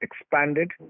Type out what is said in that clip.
expanded